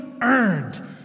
earned